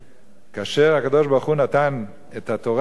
כאשר הקדוש-ברוך-הוא נתן את התורה משמים,